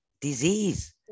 disease